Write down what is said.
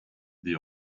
the